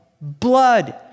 blood